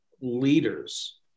leaders